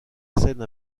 scène